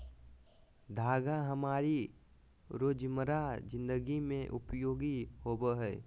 धागा हमारी रोजमर्रा जिंदगी में उपयोगी होबो हइ